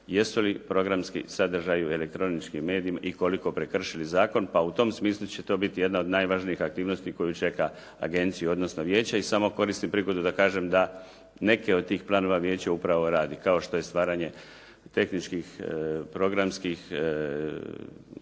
jesu li programski sadržaji i elektronički mediji i koliko prekršili zakon, pa u tom smislu će to biti jedna od najvažnijih aktivnosti koju čeka agenciju, odnosno vijeće. I samo koristim prigodu da kažem da neke od tih planova vijeća upravo radi, kao što je stvaranje tehničkih, programskih,